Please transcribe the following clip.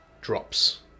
drops